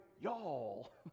y'all